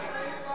לא.